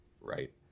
right